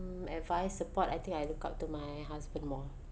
advice support I think I look up to my husband more